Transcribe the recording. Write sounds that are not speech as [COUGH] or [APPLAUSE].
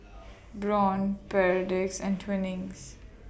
[NOISE] Braun Perdix and Twinings